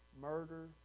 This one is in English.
murder